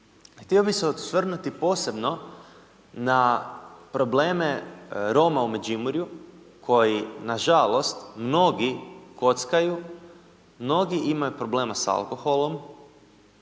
Htio bih se osvrnuti posebno na probleme Roma u Međimurju, koji nažalost mnogi kockaju, mnogi imaju problema s alkoholom